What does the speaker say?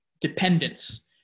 dependence